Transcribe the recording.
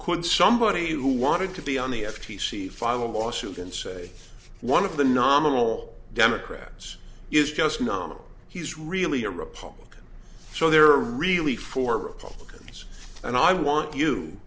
could somebody who wanted to be on the f t c file a lawsuit and say one of the nominal democrats is just nominal he's really a republican so they're really for republicans and i want you